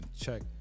check